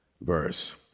verse